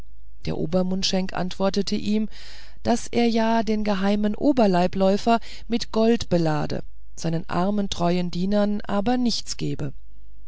der obermundschenk antwortete ihm daß er ja den geheimen oberleibläufer mit gold belade seinen armen treuen dienern aber nichts gebe